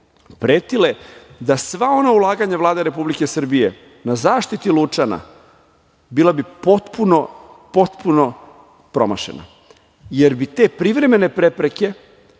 pretile da sva ona ulaganja Vlade Republike Srbije na zaštiti Lučana, bila bi potpuno promašena, jer bi te privremene prepreke